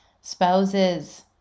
spouses